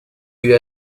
you